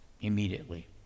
immediately